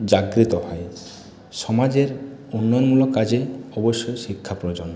জাগ্রত হয় সমাজের অন্যান্য কাজে অবশ্যই শিক্ষা প্রয়োজন